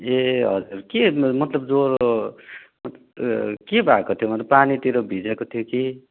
ए हजुर के मतलब ज्वरो के भएको के भएको मतलब पानीतिर भिजेको थियो कि